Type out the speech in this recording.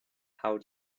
how